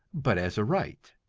but as a right.